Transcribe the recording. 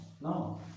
no